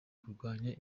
kurwanya